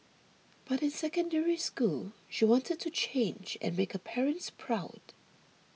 but in Secondary School she wanted to change and make her parents proud